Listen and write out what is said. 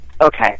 Okay